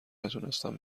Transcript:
نتونستن